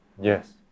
Yes